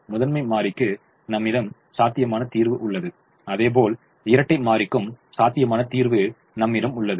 முதன்மை மாறிக்கு நம்மிடம் சாத்தியமான தீர்வு உள்ளது அதேபோல் இரட்டை மாறிக்கும் சாத்தியமான தீர்வு நம்மிடம் உள்ளது